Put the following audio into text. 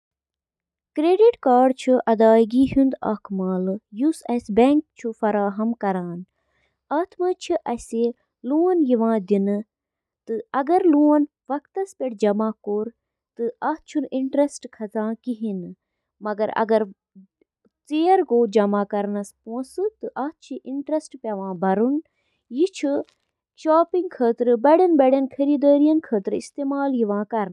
اکھ digital camera, یتھ digicam تہِ ونان چھِ، چھُ اکھ کیمرا یُس ڈیجیٹل میموری منٛز فوٹو رٹان چھُ۔ ایمِچ کٲم چِھ کُنہِ چیزٕ یا موضوع پیٹھہٕ لائٹ ایکہِ یا زیادٕہ لینزٕ کہِ ذریعہِ کیمراہس منز گزران۔ لینس چھِ گاشَس کیمراہَس منٛز ذخیرٕ کرنہٕ آمٕژ فلمہِ پٮ۪ٹھ توجہ دِوان۔